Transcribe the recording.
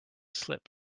slip